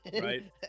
Right